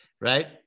Right